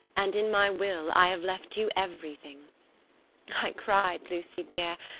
and in my will i have left you everything i cried, lucy dear,